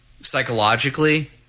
psychologically